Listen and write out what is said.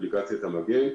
אפליקציית "מגן",